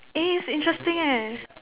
eh it's interesting eh